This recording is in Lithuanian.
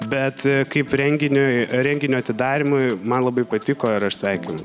bet kaip renginiui renginio atidarymui man labai patiko ir aš sveikinu